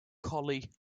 colley